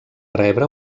rebre